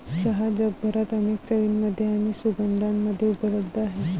चहा जगभरात अनेक चवींमध्ये आणि सुगंधांमध्ये उपलब्ध आहे